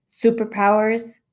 superpowers